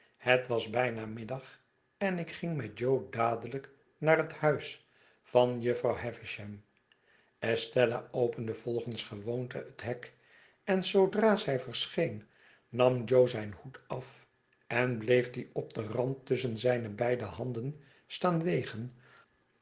het was bijna middag en ik ging met jo dadelijk naar het huis van jufvrouw havisham estella opende volgens gewoonte het hek en zoodra zij verscheen nam jo zjn hoed af en bleef dien op den rand tusschen zijne beide handen staan wegen